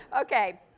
Okay